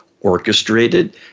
orchestrated